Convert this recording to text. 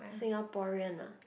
Singaporean ah